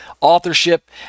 authorship